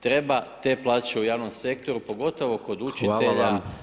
Treba te plaće u javnom sektoru pogotovo kod učitelja,